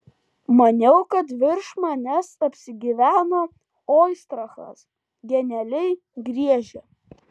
maniau kad virš manęs apsigyveno oistrachas genialiai griežia